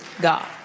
God